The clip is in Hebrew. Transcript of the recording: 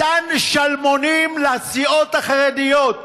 מתן שלמונים לסיעות החרדיות.